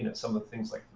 but some of the things like